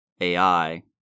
AI